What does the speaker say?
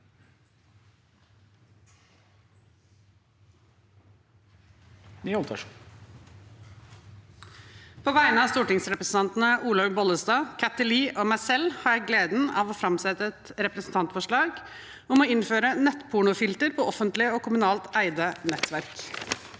På vegne av stor- tingsrepresentantene Olaug Vervik Bollestad, Kathy Lie og meg selv har jeg gleden av å framsette et representantforslag om å innføre nettpornofilter på offentlige og kommunalt eide nettverk.